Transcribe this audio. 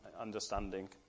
understanding